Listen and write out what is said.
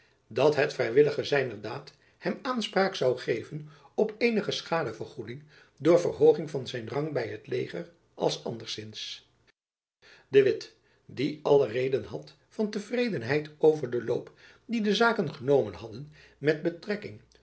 dat het vrijwillige zijner daad hem aanspraak zoû geven op eenige schadevergoeding door verhooging van zijn rang by t leger als anderszins de witt die alle reden had van tevredenheid over den loop dien de zaken genomen hadden met betrekking